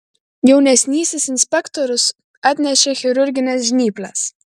jaunesnysis inspektorius atnešė chirurgines žnyples